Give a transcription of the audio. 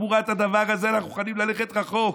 שתמורת הדבר הזה אנחנו מוכנים ללכת רחוק,